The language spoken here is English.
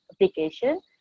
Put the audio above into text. application